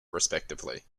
respectively